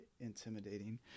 intimidating